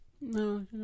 No